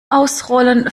ausrollen